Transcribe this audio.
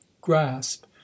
grasp